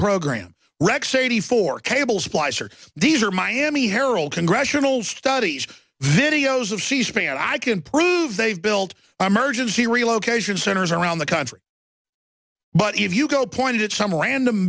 program rex eighty four cable supplies are these are miami herald congressional studies videos of c span i can prove they've built a merge of the relocation centers around the country but if you go point at some random